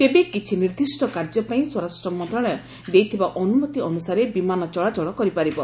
ତେବେ କିଛି ନିର୍ଦ୍ଦିଷ୍ଟ କାର୍ଯ୍ୟ ପାଇଁ ସ୍ପରାଷ୍ଟ୍ର ମନ୍ତ୍ରଣାଳୟ ଦେଇଥିବା ଅନୁମତି ଅନୁସାରେ ବିମାନ ଚଳାଚଳ କରିପାରିବ